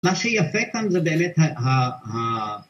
מה שיפה כאן זה באמת ה...